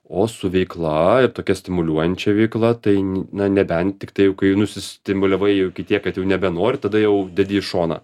o su veikla ir tokia stimuliuojančia veikla tai n na nebent tiktai jau kai nusistimuliavai jau iki tiek kad jau nebenori tada jau dedi į šoną